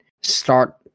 start